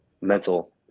mental